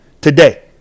today